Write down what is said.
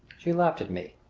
she laughed at me.